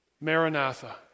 Maranatha